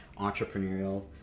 entrepreneurial